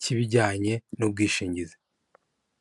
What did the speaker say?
cy'ibijyanye n'ubwishingizi.